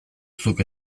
zuk